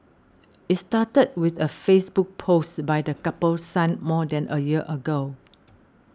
it started with a Facebook post by the couple's son more than a year ago